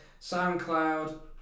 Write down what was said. SoundCloud